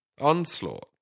onslaught